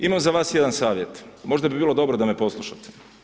Imam za vas jedan savjet, možda bi bilo dobro da me poslušate.